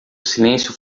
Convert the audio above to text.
silêncio